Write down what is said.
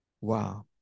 Wow